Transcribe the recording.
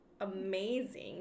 amazing